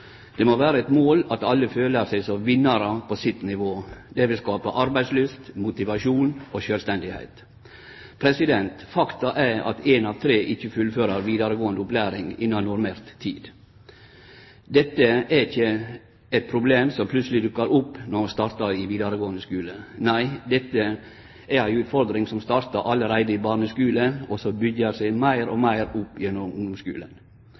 Det må vere eit mål at alle føler seg som vinnar på sitt nivå. Det vil skape arbeidslyst, motivasjon og sjølvstende. Faktum er at ein av tre ikkje fullfører vidaregåande opplæring innan normert tid. Dette er ikkje eit problem som plutseleg dukkar opp når ein startar i vidaregåande skule. Nei, dette er ei utfordring som startar allereie i barneskulen, og som byggjer seg meir og meir opp gjennom